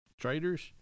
traders